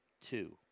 two